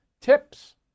tips